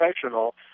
professional